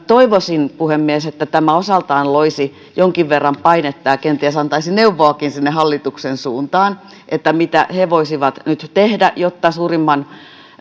toivoisin puhemies että tämä osaltaan loisi jonkin verran painetta ja kenties antaisi neuvoakin sinne hallituksen suuntaan mitä he voisivat nyt tehdä jotta suurimman